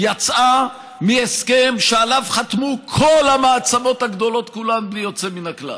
יצאה מהסכם שעליו חתמו כל המעצמות הגדולות כולן בלי יוצא מן הכלל.